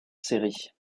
séries